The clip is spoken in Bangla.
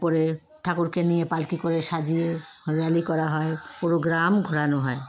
পরে ঠাকুরকে নিয়ে পালকি করে সাজিয়ে র্যালি করা হয় পুরো গ্রাম ঘোরানো হয়